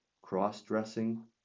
cross-dressing